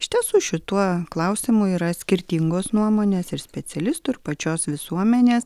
iš tiesų šituo klausimu yra skirtingos nuomonės ir specialistų ir pačios visuomenės